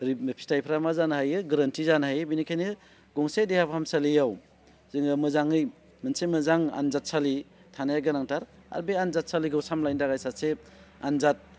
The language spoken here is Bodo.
ओरै फिथाइफोरा मा जानो हायो गोरोन्थि जानो हायो बिनिखायनो गंसे देहा फाहामसालियाव जोङो मोजाङै मोनसे मोजां आनजादसालि थानाय गोनांथार आरो बे आनजादसालिखौ सामलायनो थाखाय सासे आनजाद